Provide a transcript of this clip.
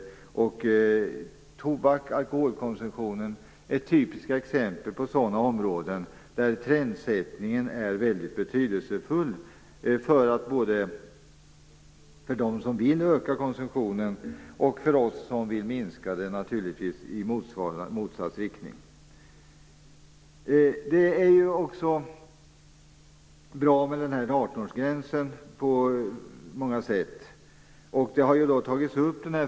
Tobak och alkoholkonsumtion är typiska exempel på sådana områden där trendsättningen är mycket betydelsefull för dem som vill öka konsumtionen, liksom naturligtvis för oss som vill arbeta i motsatt riktning och minska den. Det är på många sätt bra med 18-årsgränsen.